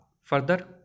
further